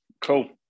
Cool